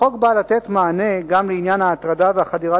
החוק בא לתת מענה גם לעניין ההטרדה והחדירה